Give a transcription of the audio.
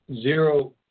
zero